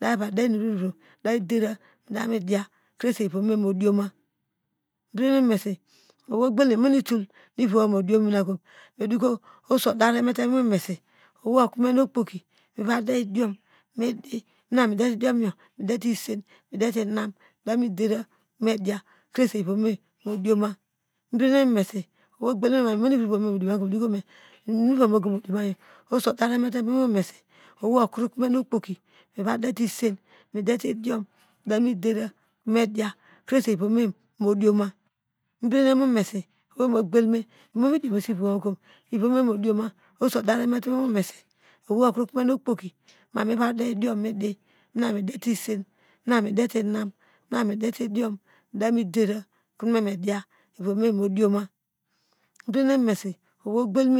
Midava deinuvro inovro medeva krese ivom me modioma mebedenemo mesi owei ogel imonotol ivome modion minako medoko oso oderrmate momesi mena midete idiomyo mebedenemo mesi owei ogbelme mamo imon nitol no ivom mo dioma ko inum oso daremete moivon omese owei okome okpoki medete isen medete oblay medete ikobro medete igbro mebedine momesi owei mo gbelme imomediomosi ivom woko ivom modioma oso odaremete mo mesi okro kome okpoki me miva diediom medi mebede nemo mesu owei obreyin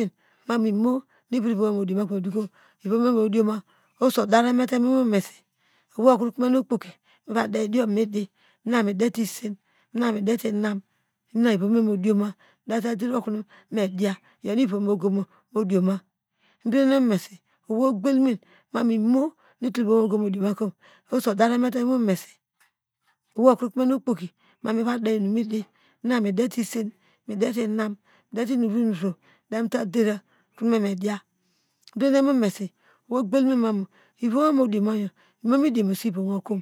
me mono ivom womodioma kom oso daremete momesi owei okrokome okpoki mamiva demum medi mina midete isi midete inam midete muvro inuvro medate dera okono me me diya mibede nemo mese owei ogbelmu mamu ivowo mo diomayo imomidiomo seiyom woko.